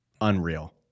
unreal